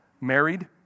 married